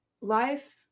life